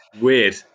weird